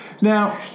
Now